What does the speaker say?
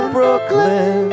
Brooklyn